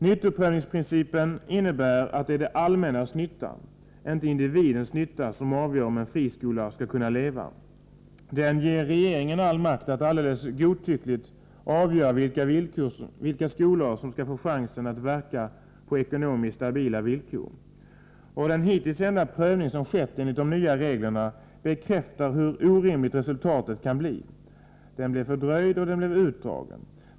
Nyttoprövningsprincipen innebär att det är det allmännas nytta, inte individens nytta, som avgör om en friskola skall kunna leva. Den ger regeringen all makt att alldeles godtyckligt avgöra vilka skolor som skall få chansen att verka på ekonomiskt stabila villkor. Den hittills enda prövning som skett enligt de nya reglerna bekräftar hur orimligt resultatet kan bli; den blev både fördröjd och utdragen.